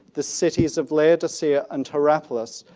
the cities of laodicea and hierapolis,